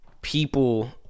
people